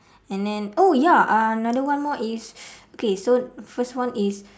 and then oh ya another one more is okay so first one is